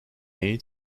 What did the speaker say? may